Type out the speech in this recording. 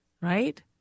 right